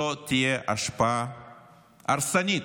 זו תהיה השפעה הרסנית,